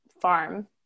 farm